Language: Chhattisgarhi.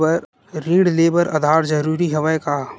ऋण ले बर आधार जरूरी हवय का?